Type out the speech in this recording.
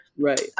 Right